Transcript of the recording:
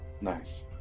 nice